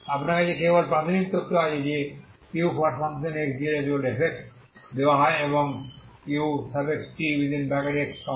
আপনার কাছে কেবল প্রাথমিক তথ্য আছে যে ux0f দেওয়া এবং utx0g